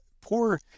poor